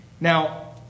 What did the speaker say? Now